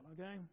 okay